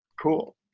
Cool